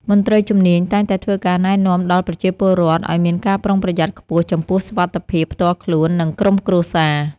មន្ត្រីជំនាញតែងតែធ្វើការណែនាំដល់ប្រជាពលរដ្ឋឱ្យមានការប្រុងប្រយ័ត្នខ្ពស់ចំពោះសុវត្ថិភាពផ្ទាល់ខ្លួន និងក្រុមគ្រួសារ។